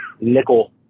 nickel